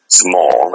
small